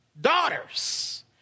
daughters